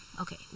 okay